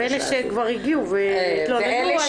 ואלה שכבר הגיעו והתלוננו,